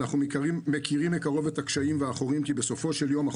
אנחנו מכירים מקרוב את הקשיים ואנחנו רואים כי בסופו של יום,